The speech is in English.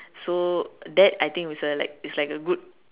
so that I think is a like is like a good